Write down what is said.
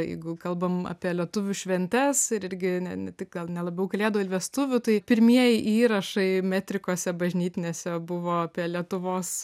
jeigu kalbam apie lietuvių šventes ir irgi ne ne tik gal ne labiau kalėdų ar vestuvių tai pirmieji įrašai metrikose bažnytinėse buvo apie lietuvos